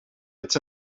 it’s